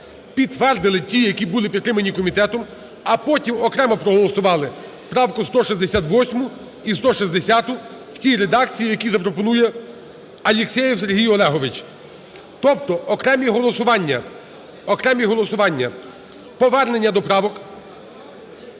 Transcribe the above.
підтвердили ті, які були підтримані комітетом, а потім окремо проголосували правку 168 і 160 в тій редакції, в якій запропонує Алєксєєв Сергій Олегович. Тобто окремі голосування, окремі голосування,